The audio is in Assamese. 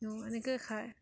এনেকেই খায়